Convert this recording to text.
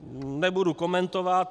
Nebudu komentovat.